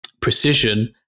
precision